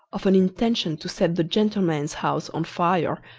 of an intention to set the gentleman's house on fire,